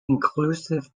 inclusive